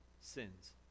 sins